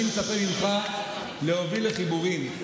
אני מצפה ממך להוביל לחיבורים,